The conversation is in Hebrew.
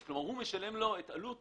יצרן הפסולת משלם למוביל את עלות